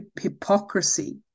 hypocrisy